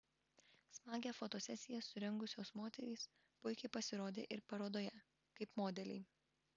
smagią fotosesiją surengusios moterys puikiai pasirodė ir parodoje kaip modeliai